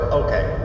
okay